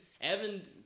Evan